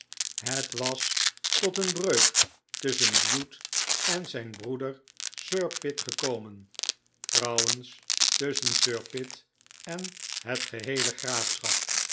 het was tot een breuk tusschen bute en zijn broeder sir pitt gekomen trouwens tusschen sir pitt en het geheele graafschap